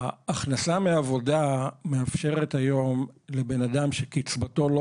ההכנסה מעבודה מאפשרת היום לבן אדם שקצבתו לא